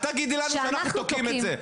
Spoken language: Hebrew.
אל תגידי לנו שאנחנו תוקעים את זה.